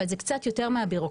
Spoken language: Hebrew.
אבל זה קצת יותר מבירוקרטיה,